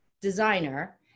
designer